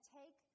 take